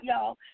y'all